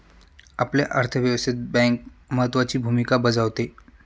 आपल्या अर्थव्यवस्थेत बँक महत्त्वाची भूमिका बजावते